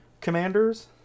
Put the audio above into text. commanders